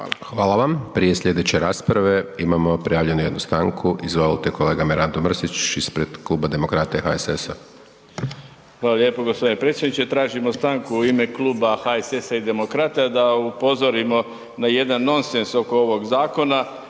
Hvala vam. Prije slijedeće rasprave imamo prijavljenu jednu stanku. Izvolite kolega Mirando Mrsić ispred Kluba Demokrata i HSS-a. **Mrsić, Mirando (Demokrati)** Hvala lijepo g. predsjedniče. Tražimo stanku u ime Kluba HSS-a i Demokrata da upozorimo na jedan nonsens oko ovog zakona.